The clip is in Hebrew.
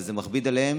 וזה מכביד עליהם.